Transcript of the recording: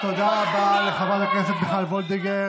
טיפולי המרה, תודה רבה לחברת הכנסת מיכל וולדיגר.